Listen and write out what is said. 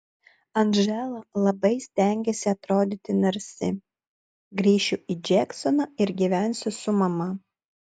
andžela labai stengiasi atrodyti narsi grįšiu į džeksoną ir gyvensiu su mama